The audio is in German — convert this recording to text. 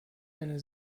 eine